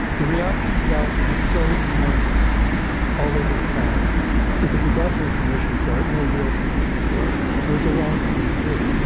the reaction to that was so enormous all over the planet because he got no permission for it, no real permission for it. it was the wrong thing to do.